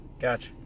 Gotcha